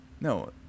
no